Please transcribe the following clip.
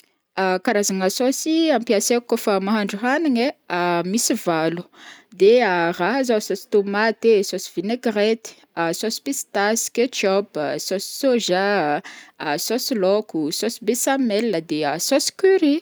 karazagna saosy ampiasaiko kaofa mahandro hanigny ai, misy valo, de raha zao: saosy tomaty e, saosy vinaigrette, saosy pistasy, ketchup, saosy soja, saosy laoko, saosy besamel, de saosy curry.